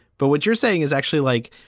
but what you're saying is actually like,